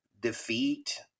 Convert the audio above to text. defeat